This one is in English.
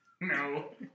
No